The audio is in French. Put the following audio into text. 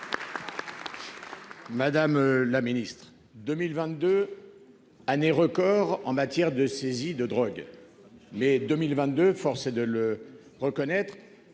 Madame la Ministre, 2022. Année record en matière de saisie de drogue mais 2022 forcé de le reconnaître.